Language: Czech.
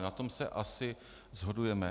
Na tom se asi shodujeme.